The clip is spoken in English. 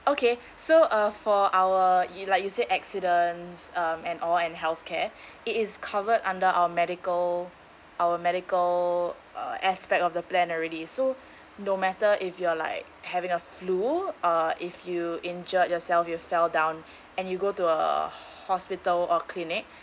okay so uh for our it like you said accidents um and all and healthcare it is covered under our medical our medical uh aspect of the plan already so no matter if you're like having a flu uh if you injured yourself you fell down and you go to a hospital or clinic